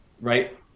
right